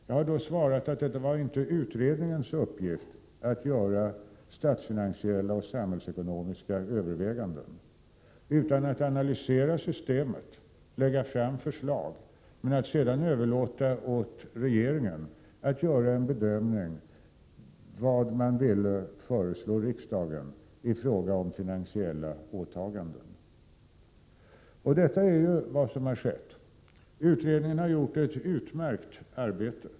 Jag har då svarat att det inte varit utredningens uppgift att göra statsfinansiella och samhällsekonomiska överväganden utan i stället att analysera systemet, lägga fram förslag och sedan överlåta åt regeringen att göra en bedömning vad den ville föreslå riksdagen i fråga om finansiella åtaganden. Detta är också vad som har hänt. Utredningen har utfört ett utmärkt arbete.